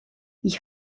ich